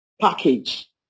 package